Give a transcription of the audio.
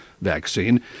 vaccine